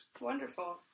Wonderful